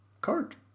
card